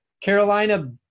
Carolina